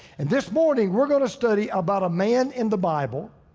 and this morning we're gonna study about a man in the bible,